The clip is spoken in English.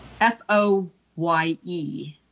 F-O-Y-E